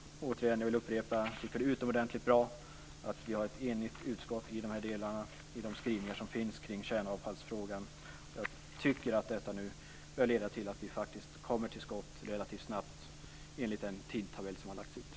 Återigen vill jag upprepa att jag tycker att det är utomordentligt bra att vi är ett enigt utskott i skrivningarna om kärnavfallsfrågan. Jag tycker att detta bör leda till att vi kommer till skott relativt snabbt, enligt den tidtabell som har fastställts.